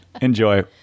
Enjoy